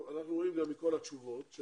מכל התשובות אנחנו רואים